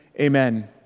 Amen